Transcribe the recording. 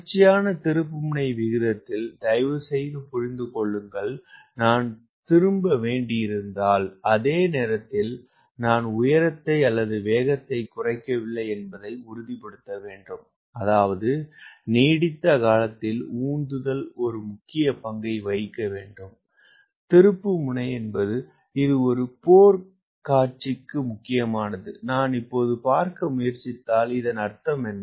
தொடர்ச்சியான திருப்புமுனை விகிதத்தில் தயவுசெய்து புரிந்து கொள்ளுங்கள் நான் திரும்ப வேண்டியிருந்தால் அதே நேரத்தில் நான் உயரத்தை அல்லது வேகத்தை குறைக்கவில்லை என்பதை உறுதிப்படுத்த வேண்டும் அதாவது நீடித்த காலத்தில் உந்துதல் ஒரு முக்கிய பங்கை வகிக்க வேண்டும் திருப்புமுனை இது ஒரு போர் காட்சிக்கு முக்கியமானது நான் இப்போது பார்க்க முயற்சித்தால் இதன் அர்த்தம் என்ன